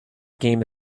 game